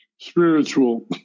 spiritual